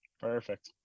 perfect